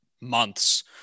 months